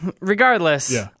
regardless